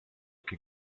que